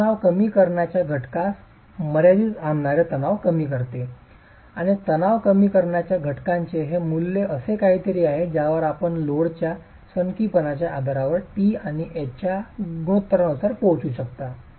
हे तणाव कमी करण्याच्या घटकास मर्यादीत आणणारे तणाव कमी करते आणि तणाव कमी करण्याच्या घटकाचे हे मूल्य असे काहीतरी आहे ज्यावर आपण लोडच्या सनकीपणाच्या आधारावर t आणि h च्या गुणोत्तरानुसार पोहोचू शकता